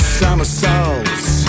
somersaults